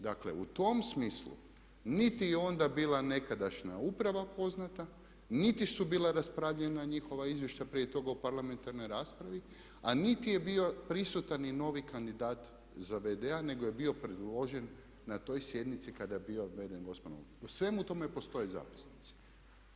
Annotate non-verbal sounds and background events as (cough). Dakle, u tom smislu niti je onda bila nekadašnja uprava poznata, niti su bila raspravljana njihova izvješća prije toga u parlamentarnoj raspravi, a niti je bio prisutan ni novi kandidat za v.d.-a nego je bio predložen na toj sjednici kada je bio … (unintelligible) O svemu tome postoje zapisnici.